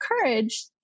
courage